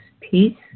peace